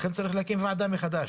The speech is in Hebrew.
לכן צריך להקדים ועדה מחדש.